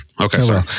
Okay